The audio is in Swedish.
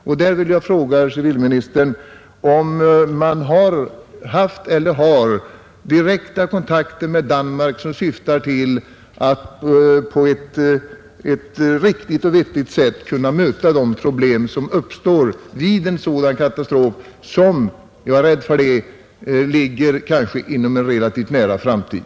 Förekommer det eller har det förekommit direkta kontakter med Danmark i syfte att på ett riktigt och vettigt sätt möta de problem som uppstår vid en eventuell sådan katastrof som — jag är rädd för det — kan inträffa inom en relativt nära framtid?